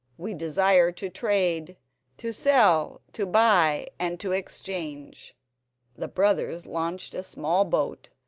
we desire to trade to sell, to buy, and to exchange the brothers launched a small boat,